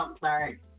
sorry